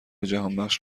جهانبخش